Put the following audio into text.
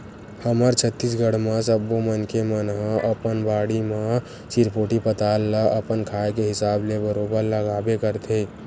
हमर छत्तीसगढ़ म सब्बो मनखे मन ह अपन बाड़ी म चिरपोटी पताल ल अपन खाए के हिसाब ले बरोबर लगाबे करथे